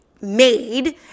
made